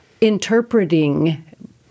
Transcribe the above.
interpreting